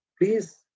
please